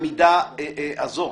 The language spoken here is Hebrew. המידה הזאת.